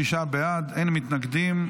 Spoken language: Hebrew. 36 בעד, אין מתנגדים.